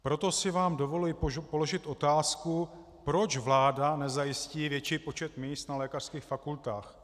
Proto si vám dovoluji položit otázku, proč vláda nezajistí větší počet míst na lékařských fakultách.